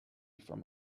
from